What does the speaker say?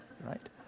right